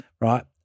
right